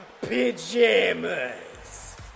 Pajamas